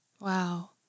Wow